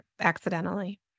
accidentally